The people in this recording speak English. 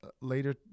later